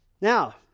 Now